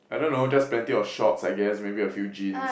I don't know just plenty of shorts I guess maybe a few jeans